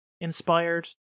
inspired